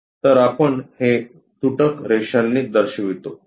तर आपण हे तुटक रेषांनी दर्शवितो